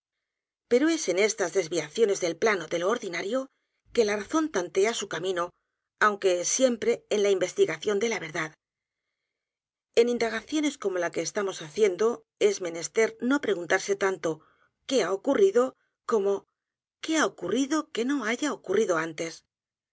pero es en estas desviaciones del plano de lo ordinario que la razón tantea su camino aunque siempre en la investigación d é l a verdad en indagaciones como la que estamos haciendo es menester no p r e g u n t a r s e tanto qué ha ocurrido como qué ha ocurrido que no baya ocurrido antes